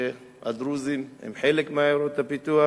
שהדרוזים הם חלק מעיירות הפיתוח.